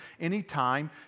anytime